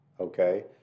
Okay